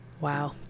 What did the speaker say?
Wow